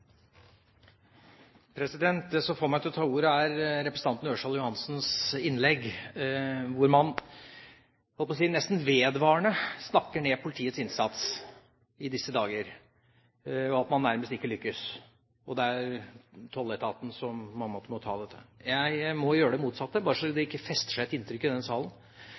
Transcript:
Ørsal Johansens innlegg, der man nesten vedvarende snakker ned politiets innsats i disse dager, og sier at man nærmest ikke lykkes, og det er tolletaten som på en måte må ta dette. Jeg vil gjøre det motsatte, bare så det ikke festner seg et inntrykk i denne salen,